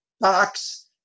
box